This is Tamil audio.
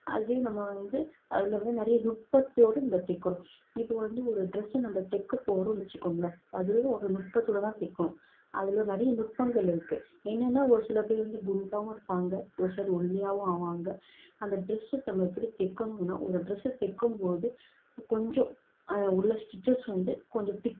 அதையும் நம்ம வந்து அதில் வந்து நிறைய நுட்பத்தோடு நம்ப தைக்கணும் இப்போது வந்து ஒரு ட்ரெஸ்ஸஸ் வந்து நம்ம தைக்க போகிறோம்ன்னு வச்சுகோங்களா அதுலேயும் ஒரு நுட்பத்தோடுதான் தைக்கணும் அதில் நிறைய நுட்பங்கள் இருக்குது என்னென்னா ஒரு சில பேரு வந்து குண்டாகவும் இருப்பாங்க ஒரு சில பேரு ஒல்லியாகவும் ஆவாங்க அந்த ட்ரெஸ்ஸஸ் நம்ம இப்போ எப்படி தைக்கணும்ன்னா ஒரு ட்ரெஸ் தைக்கும் போது கொஞ்சம் உள்ள ஸ்டிச்சஸ் வந்து கொஞ்சம் திக்கா